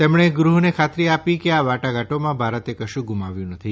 તેમણે ગૃહને ખાતરી આપી કે આ વાટાઘાટોમાં ભારતે કશું ગુમાવ્યું નથી